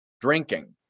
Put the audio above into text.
drinking